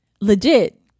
legit